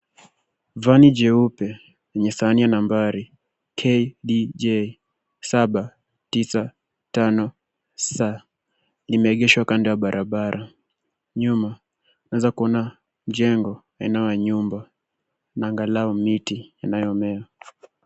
Vani jeupe yenye sahani ya nambari KDJ 795S limeegeshwa kando ya barabara. Nyuma tunaeza kuona jengo aina ya nyumba na angalau miti inayomea.